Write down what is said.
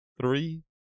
three